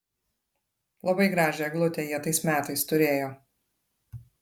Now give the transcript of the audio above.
labai gražią eglutę jie tais metais turėjo